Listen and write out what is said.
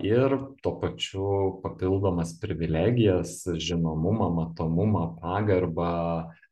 ir tuo pačiu papildomas privilegijas žinomumą matomumą pagarbą